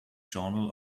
journal